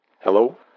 Hello